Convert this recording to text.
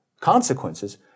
consequences